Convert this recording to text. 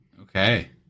Okay